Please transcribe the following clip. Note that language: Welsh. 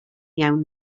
iawn